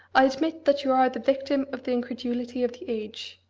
i admit that you are the victim of the incredulity of the age,